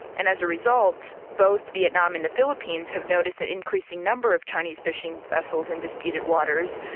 and as a result, both vietnam and the philippines have noticed an increasing number of chinese fishing vessels in disputed waters,